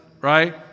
right